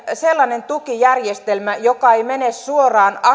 sellainen tukijärjestelmä joka ei mene suoraan